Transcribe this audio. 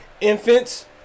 infants